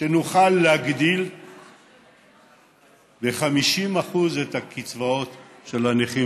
שנוכל להגדיל ב-50% את הקצבאות של הנכים